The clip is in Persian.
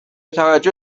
توجه